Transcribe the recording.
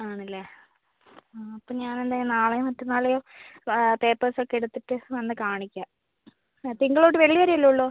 ആണല്ലേ അപ്പം ഞാൻ എന്താണ് ചെയ്യുക നാളെയോ മറ്റെന്നാളോ പേപ്പർസ് ഒക്കെ എടുത്തിട്ട് വന്ന് കാണിക്കാം തിങ്കൾ തൊട്ട് വെള്ളി വരെ അല്ലേ ഉള്ളു